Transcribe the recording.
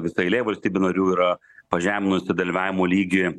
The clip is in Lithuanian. visa eilė valstybių narių yra pažeminusi dalyvavimo lygį